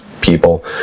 people